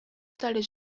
стали